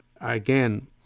again